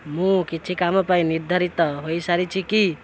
ମୁଁ କିଛି କାମ ପାଇଁ ନିର୍ଦ୍ଧାରିତ ହୋଇସାରିଛି କି